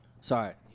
Sorry